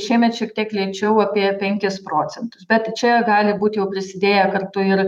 šiemet šiek tiek lėčiau apie penkis procentus bet čia gali būt jau prisidėję kartu ir